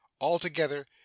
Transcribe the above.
altogether